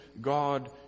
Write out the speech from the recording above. God